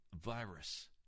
virus